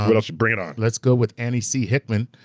what else, bring it on. let's go with annie c. hickman,